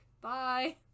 bye